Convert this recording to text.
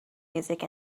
music